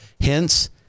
Hence